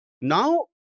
Now